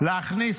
להכניס